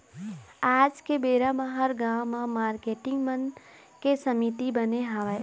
आज के बेरा म हर गाँव म मारकेटिंग मन के समिति बने हवय